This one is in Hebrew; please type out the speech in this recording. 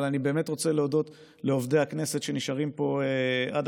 אני רוצה להודות לעובדי הכנסת שנשארים פה עד